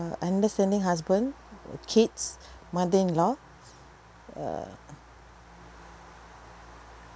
understanding husband kids mother-in-law uh